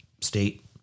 state